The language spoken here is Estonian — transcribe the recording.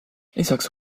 lisaks